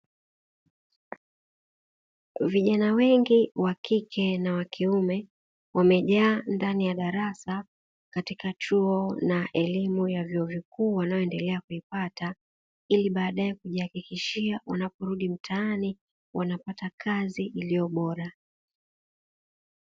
Vijana wengi wa kike na wa kiume, wamejaa ndani ya darasa, katika chuo na elimu ya vyuo vikuu wanayoendelea kuipata, ili baadae kujihakikishia wanaporudi mtaani wanapata kazi iliyo bora.